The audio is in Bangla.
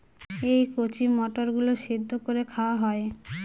এই কচি মটর গুলো সেদ্ধ করে খাওয়া হয়